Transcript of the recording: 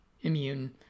immune